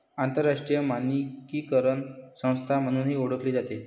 आंतरराष्ट्रीय मानकीकरण संस्था म्हणूनही ओळखली जाते